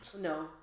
No